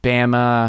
Bama